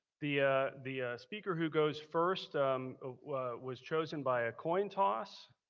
the ah the speaker who goes first was chosen by a coin toss.